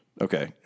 Okay